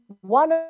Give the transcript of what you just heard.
one